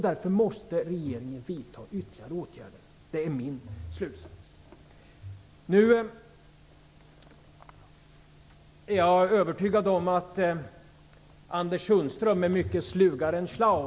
Därför måste regeringen vidta ytterligare åtgärder - det är min slutsats. Jag är emellertid övertygad om att Anders Sundström är mycket slugare än Schlaug.